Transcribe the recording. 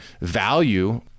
value